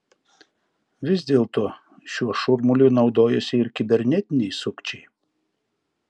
vis dėlto šiuo šurmuliu naudojasi ir kibernetiniai sukčiai